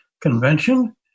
Convention